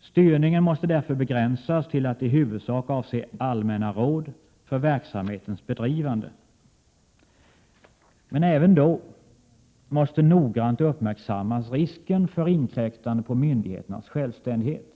Styrningen måste därför begränsas till att i huvudsak avse allmänna råd för verksamhetens bedrivande. Men även då måste noggrant uppmärksammas risken för inkräktande på myndigheternas självständighet.